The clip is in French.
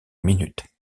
minute